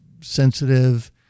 sensitive